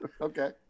Okay